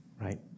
right